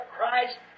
Christ